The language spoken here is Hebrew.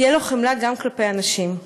תהיה לו חמלה גם כלפי אנשים,